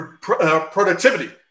productivity